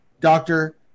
Doctor